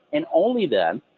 and only then,